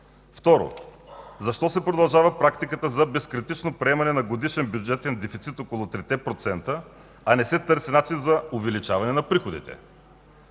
Второ, защо се продължава практиката за безкритично приемане на годишен бюджетен дефицит около трите процента, а не се търси начин за увеличаване на приходите?